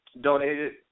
donated